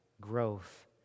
growth